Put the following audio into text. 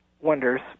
wonders